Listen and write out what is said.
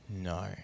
No